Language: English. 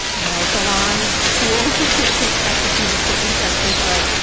nail salons, pools, which is actually kind of important in texas. but,